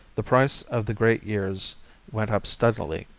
the price of the great years went up steadily.